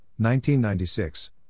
1996